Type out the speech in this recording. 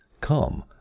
come